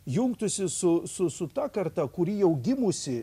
jungtųsi su su su ta karta kuri jau gimusi